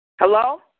Hello